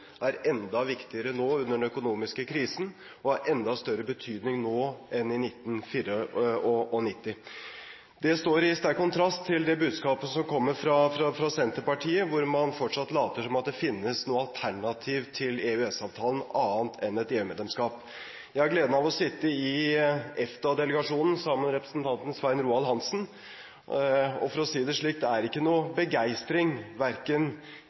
er enda viktigere nå under den økonomiske krisen og er av enda større betydning nå enn i 1994. Det står i sterk kontrast til det budskapet som kommer fra Senterpartiet, hvor man fortsatt later som om det finnes noe annet alternativ til EØS-avtalen enn et EU-medlemskap. Jeg har gleden av å sitte i EFTA-delegasjonen sammen med representanten Svein Roald Hansen, og, for å si det slik, det er ikke